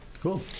Cool